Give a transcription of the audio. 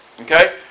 Okay